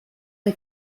hay